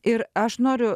ir aš noriu